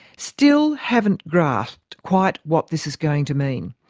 still haven't grasped quite what this is going to mean.